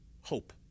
hope